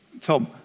Tom